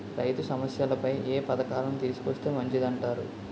రైతు సమస్యలపై ఏ పథకాలను తీసుకొస్తే మంచిదంటారు?